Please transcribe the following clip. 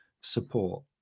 support